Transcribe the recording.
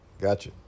gotcha